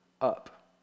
up